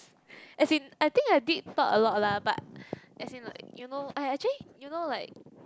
as in I think I did thought a lot lah but as in like you know actually you know like